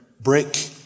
brick